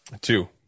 Two